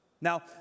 Now